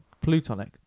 Plutonic